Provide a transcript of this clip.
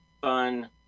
fun